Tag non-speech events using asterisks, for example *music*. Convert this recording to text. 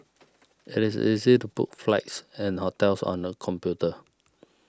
*noise* it is easy to book flights and hotels on the computer